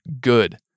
good